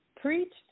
preached